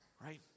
right